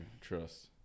Trust